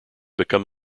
become